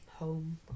home